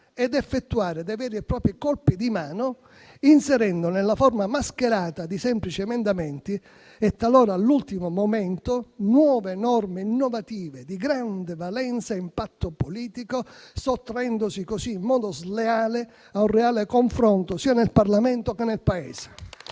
ed effettuare veri e propri colpi di mano, inserendo nella forma mascherata di semplici emendamenti - e talora all'ultimo momento - nuove norme innovative e di grande valenza e impatto politico, sottraendosi così in modo sleale a un reale confronto sia nel Parlamento sia nel Paese.